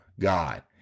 God